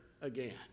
again